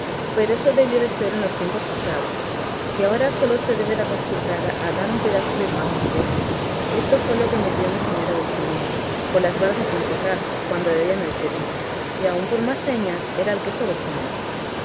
pero eso debió de ser en los tiempos pasados que ahora sólo se debe de acostumbrar a dar un pedazo de pan y queso que esto fue lo que me dio mi señora dulcinea por las bardas de un corral cuando della me despedí y aun por más señas era el queso ovejuno